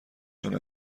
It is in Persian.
چون